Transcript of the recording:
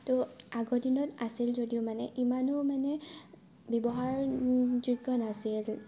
তো আগৰ দিনত আছিল যদিও মানে ইমানো মানে ব্যৱহাৰযোগ্য নাছিল